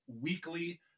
weekly